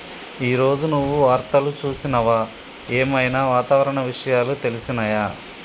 ఈ రోజు నువ్వు వార్తలు చూసినవా? ఏం ఐనా వాతావరణ విషయాలు తెలిసినయా?